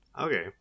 Okay